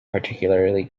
particularly